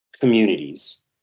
communities